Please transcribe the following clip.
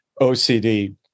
OCD